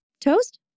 toast